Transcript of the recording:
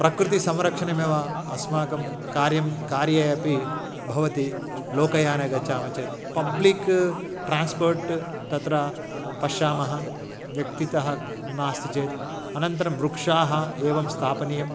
प्रकृतिसंरक्षणमेव अस्माकं कार्यं कार्ये अपि भवति लोकयाने गच्छामः चेत् पब्लिक् ट्रास्पर्ट् तत्र पश्यामः व्यक्तितः नास्ति चेत् अनन्तरं वृक्षाः एवं स्थापनीयम्